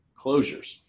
closures